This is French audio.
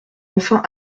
enfin